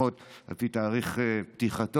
לפחות על פי תאריך פתיחתו,